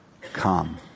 come